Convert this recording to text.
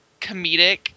comedic